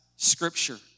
scripture